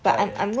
why leh